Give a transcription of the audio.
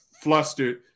Flustered